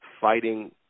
fighting